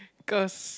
cause